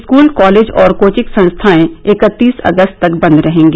school college और coaching संस्थाए इकत्तीस अगस्त तक बंद रहेंगी